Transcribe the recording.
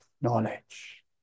knowledge